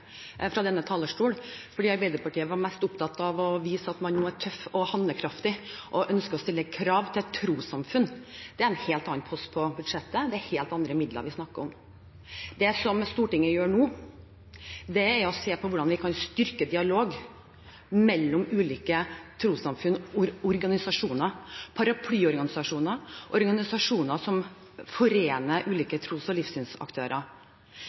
fra denne talerstolen, for Arbeiderpartiet var mest opptatt av å vise at man nå er tøff og handlekraftig og ønsker å stille krav til trossamfunn. Det er en helt annen post på budsjettet, det er helt andre midler vi da snakker om. Det som Stortinget gjør nå, er å se på hvordan vi kan styrke dialogen mellom ulike organisasjoner, paraplyorganisasjoner, organisasjoner som forener ulike tros- og livssynsaktører.